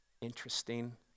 Interesting